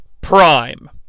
Prime